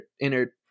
inner